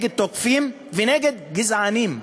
תוקפים וגזענים.